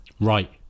Right